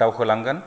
दावखो लांगोन